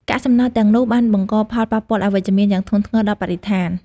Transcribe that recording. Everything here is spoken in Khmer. កាកសំណល់ទាំងនោះបានបង្កផលប៉ះពាល់អវិជ្ជមានយ៉ាងធ្ងន់ធ្ងរដល់បរិស្ថាន។